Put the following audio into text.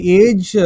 age